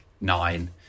nine